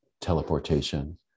teleportation